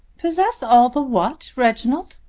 possess all the what, reginald?